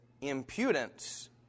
impudence